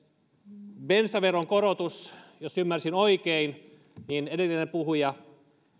bensaveron korotus jos ymmärsin oikein niin edellinen puhuja